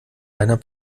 einer